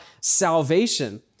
salvation